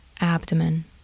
abdomen